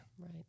Right